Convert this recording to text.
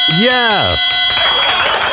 Yes